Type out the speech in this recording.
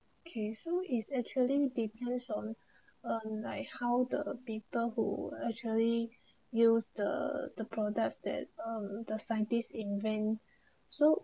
okay so is actually depends on um like how the people who actually use the the products that um the scientist invent so